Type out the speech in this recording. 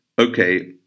okay